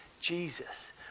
Jesus